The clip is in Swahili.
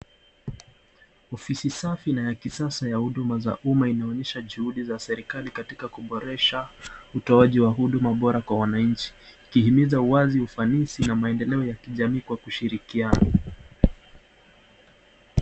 Ofisi safi na ya kisasa ya huduma za umma inaonesha juhudi za serikali katika kuboresha utoaji wa huduma bora kwa wananchi ikihimiza uwazi, ufanisi na maendeleo ya kijamii kwa kushirikiana.